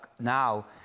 now